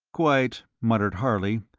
quite, muttered harley,